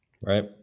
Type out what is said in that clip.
Right